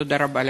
תודה רבה לך.